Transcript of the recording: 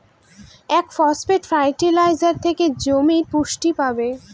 এই phosphate fertiliser থেকে জমি পুষ্টি পাবে